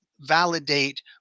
validate